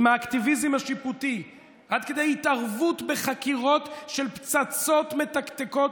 עם האקטיביזם השיפוטי עד כדי התערבות בחקירות של פצצות מתקתקות